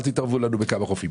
אל תתערבו לנו בכמה חופים.